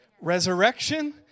resurrection